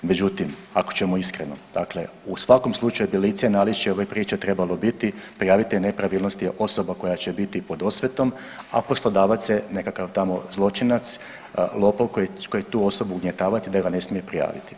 Međutim, ako ćemo iskreno dakle u svakom slučaju lice i naličje ove priče trebao biti prijavitelj nepravilnosti je osoba koja će biti pod osvetom, a poslodavac je nekakav tamo zločinac, lopov koji će tu osobu ugnjetavati da ga ne smije prijaviti.